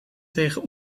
tegen